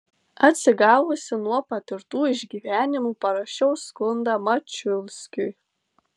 atsigavusi nuo patirtų išgyvenimų parašiau skundą mačiulskiui